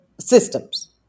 Systems